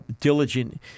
diligent